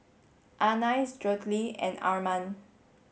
Anais Jolette and Arman